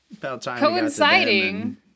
Coinciding